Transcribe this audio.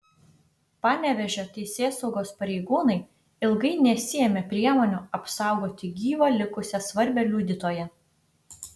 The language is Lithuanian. panevėžio teisėsaugos pareigūnai ilgai nesiėmė priemonių apsaugoti gyvą likusią svarbią liudytoją